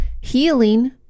healing